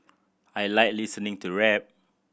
I like listening to rap